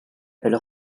elle